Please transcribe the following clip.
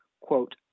quote